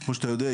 כמו שאתה יודע,